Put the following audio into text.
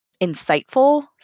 insightful